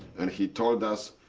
and he told us,